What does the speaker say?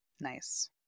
Nice